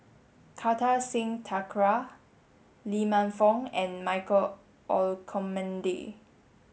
Kartar Singh Thakral Lee Man Fong and Michael Olcomendy